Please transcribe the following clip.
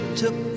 took